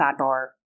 Sidebar